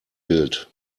bild